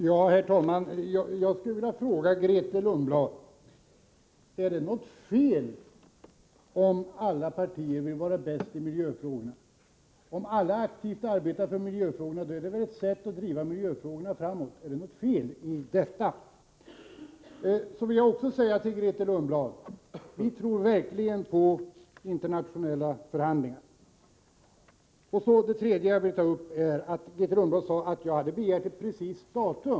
Herr talman! Jag skulle vilja fråga Grethe Lundblad: Är det något fel i att alla partier vill vara bäst i miljöfrågorna? Att alla aktivt arbetar för miljöfrågorna driver väl miljöfrågorna framåt. Är det något fel i det? Sedan vill jag också säga till Grethe Lundblad att vi verkligen tror på internationella förhandlingar. Grethe Lundblad sade att jag hade begärt ett preciserat datum.